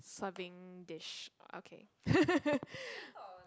serving dish okay